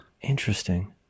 Interesting